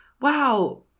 wow